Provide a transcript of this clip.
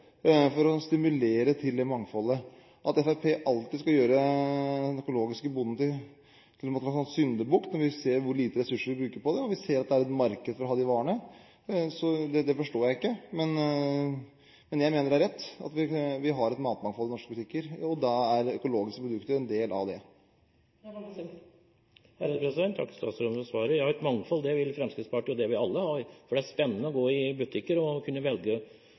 for å stimulere til det mangfoldet. At Fremskrittspartiet alltid skal gjøre den økologiske bonden til en syndebukk, når vi ser hvor lite ressurser vi bruker på det, og når vi ser at det er et marked for å ha de varene, forstår jeg ikke. Jeg mener det er rett at vi har et matmangfold i norske butikker, og da er økologiske produkter en del av det. Jeg takker statsråden for svaret. Ja, et mangfold vil Fremskrittspartiet ha. Det vil alle ha, for det er spennende å gå i butikker og kunne velge